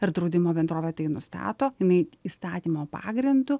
ir draudimo bendrovė tai nustato jinai įstatymo pagrindu